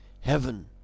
heaven